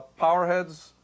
Powerheads